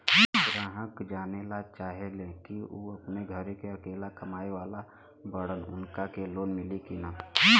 ग्राहक जानेला चाहे ले की ऊ अपने घरे के अकेले कमाये वाला बड़न उनका के लोन मिली कि न?